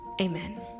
amen